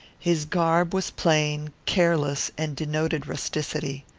his garb was plain, careless, and denoted rusticity.